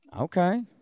Okay